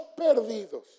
perdidos